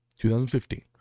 2015